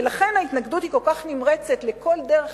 ולכן ההתנגדות היא כל כך נמרצת לכל דרך